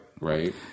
Right